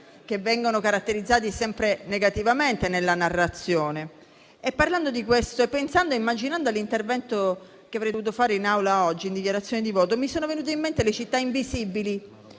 vengono caratterizzati sempre negativamente nella narrazione. Parlando di questo, pensando all'intervento che avrei dovuto fare in Aula oggi in dichiarazione di voto, mi sono venute in mente "Le città invisibili"